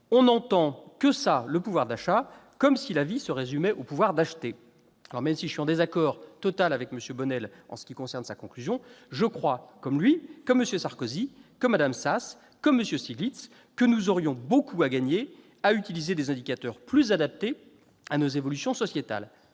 On n'entend que ça, le pouvoir d'achat, comme si la vie se résumait au pouvoir d'acheter ». Même si je suis en désaccord total avec M. Bonnell en ce qui concerne sa conclusion, je crois, comme lui, comme M. Sarkozy, comme Mme Sas et comme M. Stiglitz, que nous aurions beaucoup à gagner à utiliser des indicateurs plus adaptés à nos évolutions sociétales.